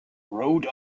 wrote